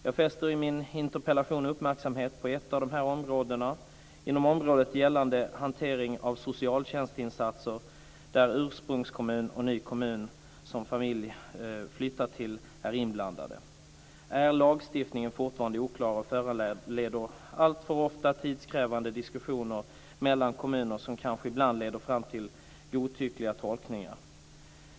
Jag fäster i min interpellation uppmärksamhet på ett av dessa områden. Det gäller området hantering av socialtjänstinsatser, där ursprungskommun och ny kommun som familj flyttat till är inblandade. Här är lagstiftningen fortfarande oklar och föranleder alltför ofta tidskrävande diskussioner mellan kommuner, som kanske ibland leder fram till godtyckliga tolkningar.